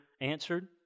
answered